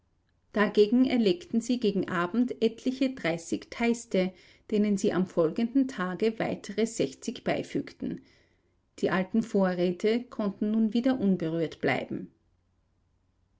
dagegen erlegten sie gegen abend etliche dreißig teiste denen sie am folgenden tage weitere sechzig beifügten die alten vorräte konnten nun wieder unberührt bleiben